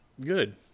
good